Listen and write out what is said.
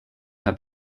have